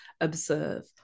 observe